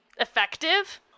effective